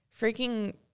freaking